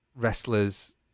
wrestlers